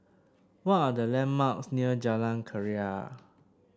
what are the landmarks near Jalan Keria